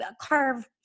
carve